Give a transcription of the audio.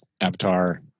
Avatar